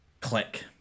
Click